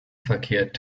verkehrt